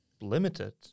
limited